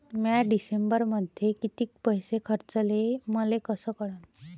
म्या डिसेंबरमध्ये कितीक पैसे खर्चले मले कस कळन?